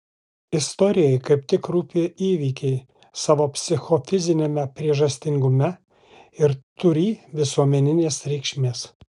istorijai kaip tik rūpi įvykiai savo psichofiziniame priežastingume ir turį visuomeninės reikšmės